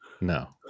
No